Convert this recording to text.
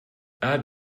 add